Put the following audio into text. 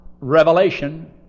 revelation